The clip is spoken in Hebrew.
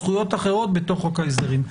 זכויות אחרות בחוק ההסדרים,